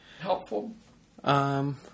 helpful